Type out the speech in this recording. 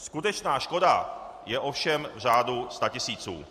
Skutečná škoda je ovšem v řádu statisíců.